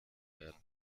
werden